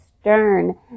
stern